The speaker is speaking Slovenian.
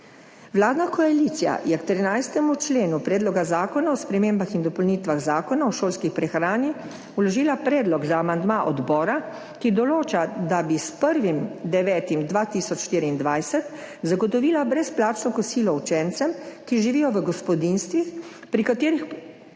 Vladna koalicija je k 13. členu Predloga zakona o spremembah in dopolnitvah Zakona o šolski prehrani vložila predlog za amandma odbora, ki določa, da bi s 1. 9. 2024 zagotovila brezplačno kosilo učencem, ki živijo v gospodinjstvih, pri katerih povprečen